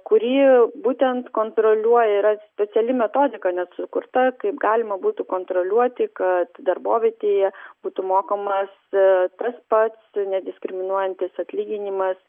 kuri būtent kontroliuoja yra speciali metodika net sukurta kaip galima būtų kontroliuoti kad darbovietėje būtų mokamas tas pats nediskriminuojantis atlyginimas